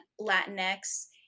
Latinx